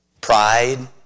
pride